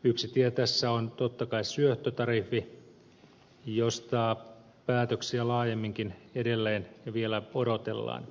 yksi tie tässä on totta kai syöttötariffi josta päätöksiä laajemminkin edelleen vielä odotellaan